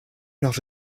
not